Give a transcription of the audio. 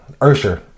Ursher